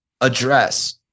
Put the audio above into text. address